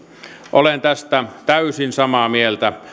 olen tästä täysin samaa mieltä